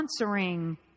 sponsoring